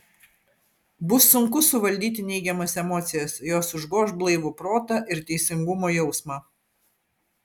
bus sunku suvaldyti neigiamas emocijas jos užgoš blaivų protą ir teisingumo jausmą